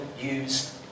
use